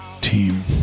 team